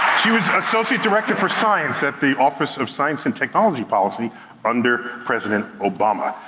she was associate director for science at the office of science and technology policy under president obama.